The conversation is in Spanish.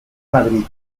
madrid